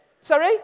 Sorry